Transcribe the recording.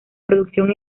producción